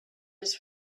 his